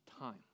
time